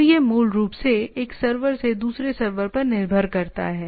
तो यह मूल रूप से एक सर्वर से दूसरे सर्वर पर निर्भर करता है